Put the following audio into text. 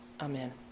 Amen